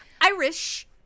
Irish